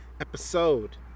episode